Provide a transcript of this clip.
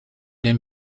den